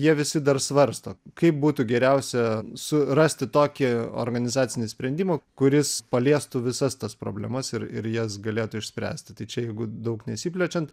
jie visi dar svarsto kaip būtų geriausia su rasti tokį organizacinį sprendimą kuris paliestų visas tas problemas ir ir jas galėtų išspręsti tai čia jeigu daug nesiplečiant